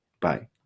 Bye